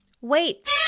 Wait